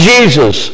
Jesus